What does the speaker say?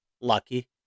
lucky